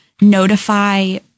notify